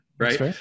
Right